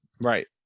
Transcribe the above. right